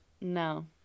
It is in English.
No